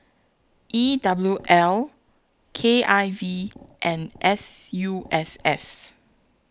E W L K I V and S U S S